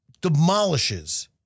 demolishes